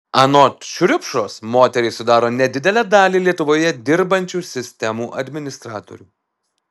anot šriupšos moterys sudaro nedidelę dalį lietuvoje dirbančių sistemų administratorių